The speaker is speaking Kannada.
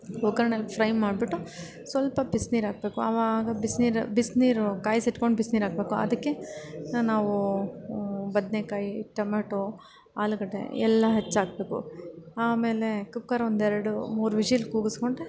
ಒಗ್ಗರ್ಣೆಲಿ ಫ್ರೈ ಮಾಡಿಬಿಟ್ಟು ಸ್ವಲ್ಪ ಬಿಸ್ನೀರು ಹಾಕ್ಬೇಕು ಆವಾಗ ಬಿಸ್ನೀರು ಬಿಸಿನೀರು ಕಾಯ್ಸಿಟ್ಕೊಂಡು ಬಿಸ್ನೀರು ಹಾಕ್ಬೇಕು ಅದಕ್ಕೆ ನಾವೂ ಬದನೇಕಾಯಿ ಟಮೇಟೊ ಆಲೂಗಡ್ಡೆ ಎಲ್ಲ ಹೆಚ್ಚಾಕಬೇಕು ಆಮೇಲೆ ಕುಕ್ಕರ್ ಒಂದೆರಡು ಮೂರು ವಿಶಿಲ್ ಕೂಗಿಸ್ಕೊಂಡ್ರೆ